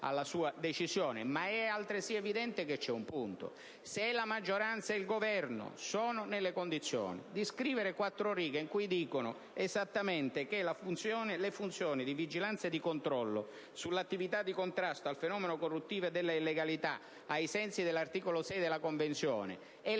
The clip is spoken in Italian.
alla sua decisione. Ma è altresì evidente che c'è un punto: se la maggioranza e il Governo sono nelle condizioni di scrivere quattro righe in cui dicono esattamente che le funzioni di vigilanza e di controllo sull'attività di contrasto al fenomeno corruttivo e dell'illegalità, ai sensi dell'articolo 6 della Convenzione, e